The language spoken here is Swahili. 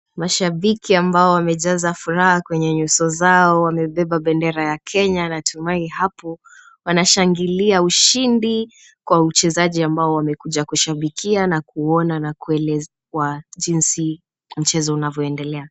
Mashabiki ambao wamejaza furaha kwenye nyuso zao, wamebeba bendera ya Kenya, natumai hapo, wanashangilia ushindi, kwa wachezaji ambao wamekuja kusherehekea, kuona na kuelezewa jinsi mchezo unavyoendelea.